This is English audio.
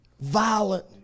violent